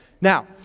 now